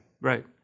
Right